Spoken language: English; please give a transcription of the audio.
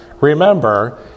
remember